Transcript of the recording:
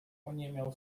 oniemiał